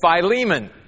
Philemon